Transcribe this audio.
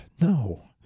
No